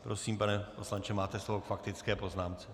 Prosím, pane poslanče, máte slovo k faktické poznámce.